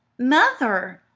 mother!